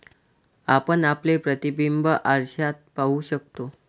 आपण आपले प्रतिबिंब आरशात पाहू शकतो